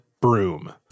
broom